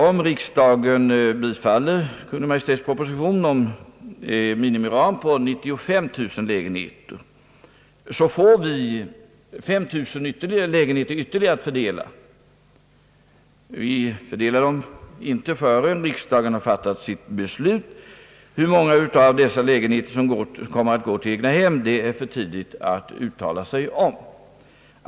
Om riksdagen bifaller Kungl. Maj:ts proposition om en minimiram på 95 000 lägenheter, får vi 5 000 lägenheter ytterligare att fördela. Vi fördelar dem inte förrän riksdagen har fattat beslut. Hur många av dessa lägenheter som kommer att gå till egnahem är det för tidigt att uttala sig om.